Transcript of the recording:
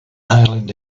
island